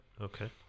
Okay